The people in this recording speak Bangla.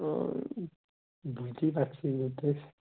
ও বুঝতেই পারছি